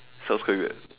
sounds quite weird